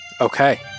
Okay